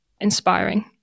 inspiring